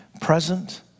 present